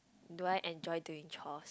do I enjoy doing chores